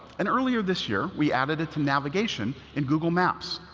and earlier this year, we added it to navigation in google maps.